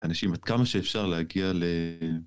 אנשים עד כמה שאפשר להגיע ל...